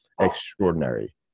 extraordinary